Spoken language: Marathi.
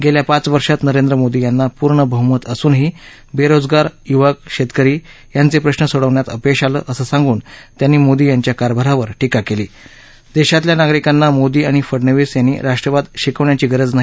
गेल्या पाच वर्षात नरेंद्र मोदी यांना पूर्ण बह्मत असूनही बेरोजगार यूवकशेतकरी यांचे प्रश्न सोडविण्यात अपयश आलं असे सांगून त्यांनी मोदी यांच्या कारभारावर टीका केली देशातील नागरीकांना मोदी आणि फडणवीस यांनी राष्ट्रवाद शिकविण्याची गरज नाही